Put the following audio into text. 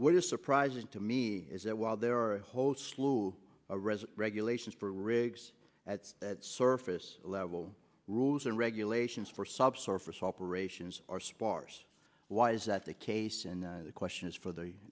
what is surprising to me is that while there are a whole slew of resin regulations for rigs at the surface level rules and regulations for subsurface operations are sparse why is that the case and the question is for the